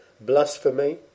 blasphemy